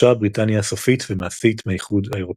פרשה בריטניה סופית ומעשית מהאיחוד האירופי.